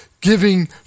giving